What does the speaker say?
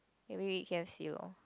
maybe we eat k_f_c lor